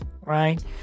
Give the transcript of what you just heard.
Right